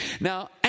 now